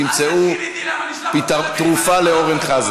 שתמצאו תרופה לאורן חזן.